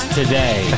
today